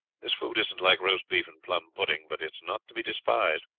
this food isn't like roast beef and plum pudding, but it's not to be despised.